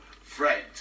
Friend